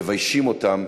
מביישים אותם,